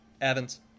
Evans